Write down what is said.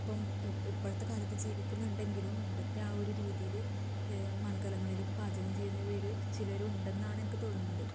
ഇപ്പം ഇപ്പോഴത്തെക്കാലത്ത് ജീവിക്കുന്നുണ്ടെങ്കിലും മുമ്പത്തെ ആ ഒര് രീതീല് മൺകലങ്ങളില് പാചകം ചെയ്യുന്നവര് ചിലരുവുണ്ടെന്നാണ് എനിക്ക് തോന്നുന്നത്